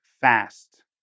Fast